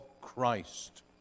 Christ